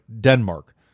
Denmark